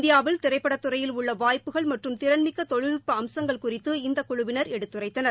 இந்தியாவில் திரைப்பட துறையில் உள்ள வாய்ப்புகள் மற்றும் திறன் மிக்க தொழில்நுட்ப அம்சங்கள் குறித்து இந்த குழுவினர் எடுத்துரைத்தனர்